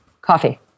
Coffee